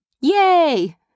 Yay